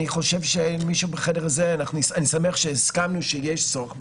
אני שמח שהסכמנו שיש צורך בזה,